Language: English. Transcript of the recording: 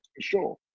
sure